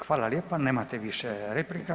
Hvala lijepa, nemate više replika.